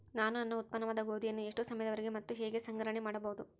ನಾನು ನನ್ನ ಉತ್ಪನ್ನವಾದ ಗೋಧಿಯನ್ನು ಎಷ್ಟು ಸಮಯದವರೆಗೆ ಮತ್ತು ಹೇಗೆ ಸಂಗ್ರಹಣೆ ಮಾಡಬಹುದು?